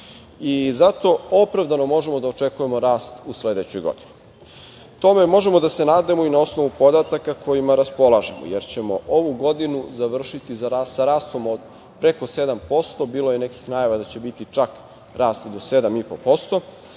Zato opravdano možemo da očekujemo rast u sledećoj godini. Tome možemo da se nadamo i na osnovu podataka kojima raspolažemo, jer ćemo ovu godinu završiti sa rastom od preko 7%, bilo je nekih najava da će biti čak rast i do 7,5%,